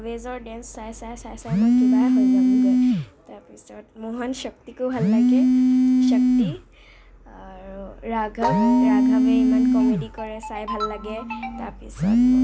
আবেজৰ dance চাই চাই মই কিবাহে হৈ যাওগৈ তাৰপিছত মোহন শক্তিকো ভাল লাগে শক্তি আৰু ৰাঘৱ ৰাঘৱে ইমান কমেডি কৰে চাই ভাল লাগে তাৰপিছতে